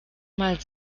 mal